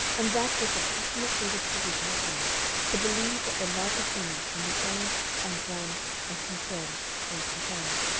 and that was the passionate predisposition of men to believe that the love of women can be earned and won and controlled and compelled.